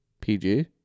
PG